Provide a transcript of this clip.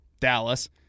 Dallas